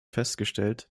festgestellt